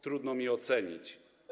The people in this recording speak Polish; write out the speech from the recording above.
Trudno mi ocenić.